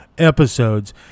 episodes